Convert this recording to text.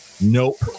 Nope